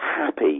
happy